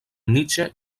nietzsche